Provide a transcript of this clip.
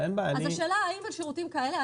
אז השאלה האם בשירותים כאלה,